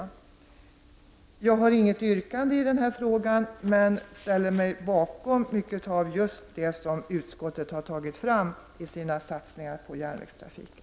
Jag har inget yrkande i denna fråga, men jag ställer mig bakom mycket av just det som utskottet har tagit fram i sina satsningar på järnvägstrafiken.